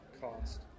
cost